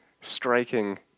striking